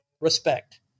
Respect